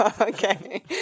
Okay